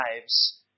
lives